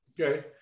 Okay